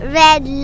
red